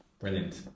Brilliant